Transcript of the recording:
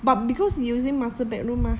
but because you using master bedroom mah